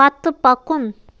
پتہٕ پکُن